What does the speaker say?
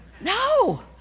No